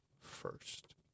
first